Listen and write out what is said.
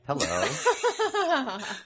hello